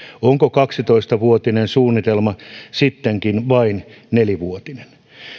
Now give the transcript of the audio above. onko kaksitoista vuotinen suunnitelma sittenkin vain nelivuotinen